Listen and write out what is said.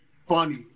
Funny